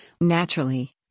naturally